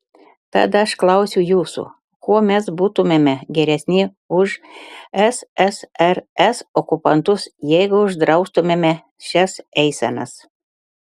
tad aš klausiu jūsų kuo mes būtumėme geresni už ssrs okupantus jeigu uždraustumėme šias eisenas